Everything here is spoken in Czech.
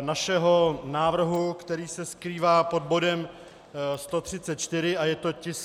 našeho návrhu, který se skrývá pod bodem 134, je to tisk 770.